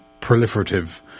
proliferative